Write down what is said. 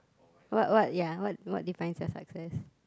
what what ya what what defines your success